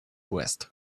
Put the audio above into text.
vest